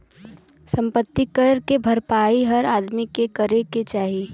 सम्पति कर के भरपाई हर आदमी के करे क चाही